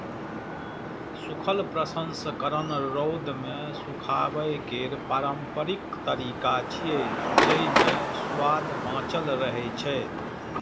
सूखल प्रसंस्करण रौद मे सुखाबै केर पारंपरिक तरीका छियै, जेइ मे सुआद बांचल रहै छै